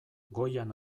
goian